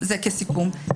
זה כסיכום.